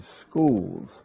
schools